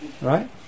right